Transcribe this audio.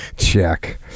Check